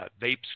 vapes